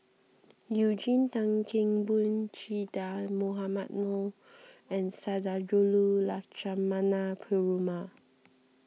Eugene Tan Kheng Boon Che Dah Mohamed Noor and Sundarajulu Lakshmana Perumal